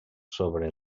sobre